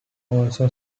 also